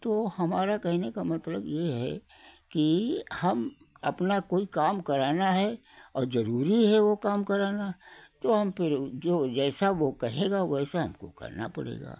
तो हमारा कहने का मतलब ये है कि हम अपना कोई काम कराना है और जरूरी है वो काम कराना तो हम फिर ऊ जो जैसा वो कहेगा वैसा हमको करना पड़ेगा